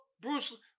Bruce